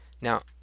Now